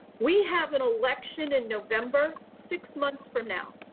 we have an election in november, six months from now,